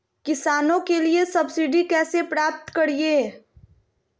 किसानों के लिए सब्सिडी कैसे प्राप्त करिये?